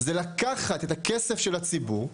זה לקחת את הכסף של הציבור,